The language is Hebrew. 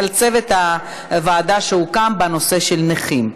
לצוות הוועדה שהוקמה בנושא של הנכים.